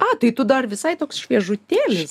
a tai tu dar visai toks šviežutėlis